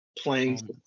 playing